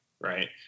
right